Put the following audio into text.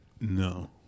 No